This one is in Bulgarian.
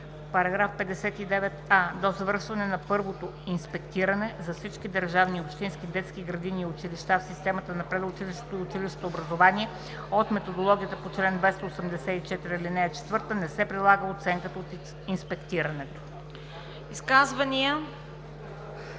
59а: „§ 59а. До извършване на първото инспектиране за всички държавни и общински детски градини и училища в системата на предучилищното и училищното образование от методологията по чл. 284, ал. 4 не се прилага оценката от инспектирането.“